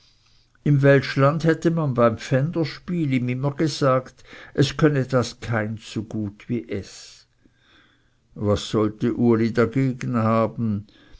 im weltschland hätte man beim pfänderspiel ihm immer gesagt es könne das keins so gut wie es was sollte uli dagegen haben